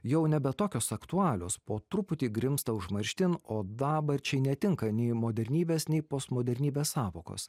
jau nebe tokios aktualios po truputį grimzta užmarštin o dabarčiai netinka nei modernybės nei postmodernybės sąvokos